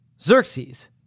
Xerxes